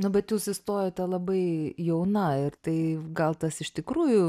na bet jūs įstojote labai jauna ir tai gal tas iš tikrųjų